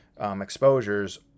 exposures